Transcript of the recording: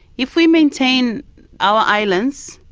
if we maintain our islands,